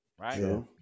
Right